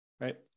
right